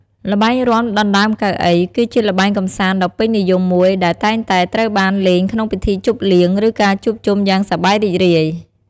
ល្បែងរាំដណ្តើមកៅអី គឺជាល្បែងកម្សាន្តដ៏ពេញនិយមមួយ ដែលតែងតែត្រូវបានលេងក្នុងពិធីជប់លៀង ឬការជួបជុំយ៉ាងសប្បាយរីករាយ។